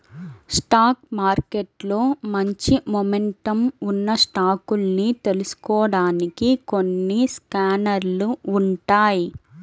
stock మార్కెట్లో మంచి momentum ఉన్న స్టాకుల్ని తెలుసుకోడానికి కొన్ని స్కానర్లు ఉంటాయ్